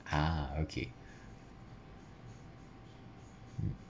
ah okay mm